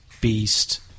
Beast